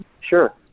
sure